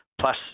plus